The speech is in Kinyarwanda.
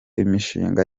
imishinga